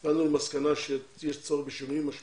לאור הדיון שהיה כאן הגענו למסקנה שיש צורך בשינויים משמעותיים